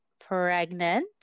pregnant